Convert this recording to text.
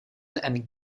and